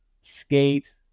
skate